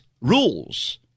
rules